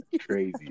Crazy